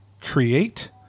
Create